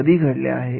कधी घडले आहे